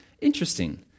Interesting